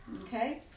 okay